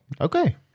Okay